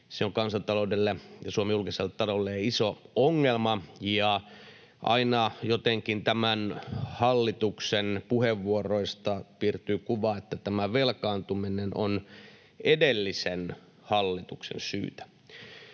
Se on kansantaloudelle ja Suomen julkiselle taloudelle iso ongelma. Aina jotenkin tämän hallituksen puheenvuoroista piirtyy kuva, että tämä velkaantuminen on edellisen hallituksen syytä.